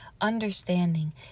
understanding